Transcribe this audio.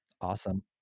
Awesome